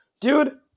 dude